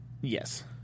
Yes